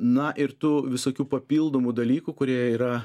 na ir tų visokių papildomų dalykų kurie yra